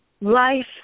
life